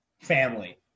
family